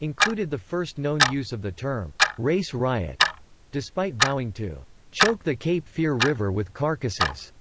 included the first known use of the term race riot despite vowing to choke the cape fear river with carcasses,